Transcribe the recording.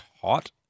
hot